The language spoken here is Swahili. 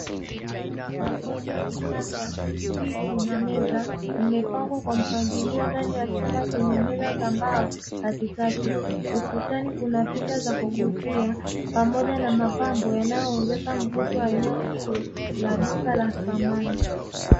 Makochi ya kisasa, viti na meza vimepangwa kwa mpangilio ndani ya chumba chenye meza za mbao katikati. Ukutani kuna picha za kuvutia, pamoja na mapambo yanayoongeza mvuto wa eneo hilo, la duka la samani.